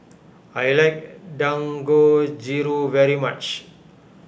I like Dangojiru very much